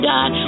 God